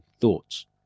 Thoughts